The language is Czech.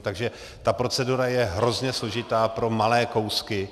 Takže ta procedura je hrozně složitá pro malé kousky.